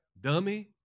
Dummy